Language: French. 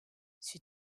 sur